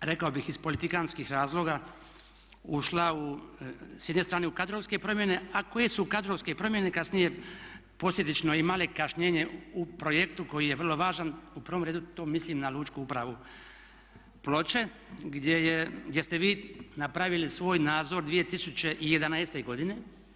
rekao bih iz politikanskih razloga ušla u s jedne strane u kadrovske promjene a koje su kadrovske promjene kasnije posljedično imale kašnjenje u projektu koji je vrlo važan, u prvom redu to mislim da lučku upravu Ploče gdje ste vi napravili svoj nadzor 2011. godine.